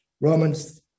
Romans